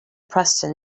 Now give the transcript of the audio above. preston